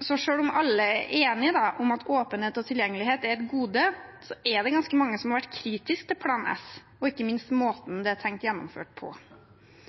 Så selv om alle er enige om at åpenhet og tilgjengelighet er et gode, er det ganske mange som har vært kritiske til Plan S, ikke minst til måten det er tenkt gjennomført på.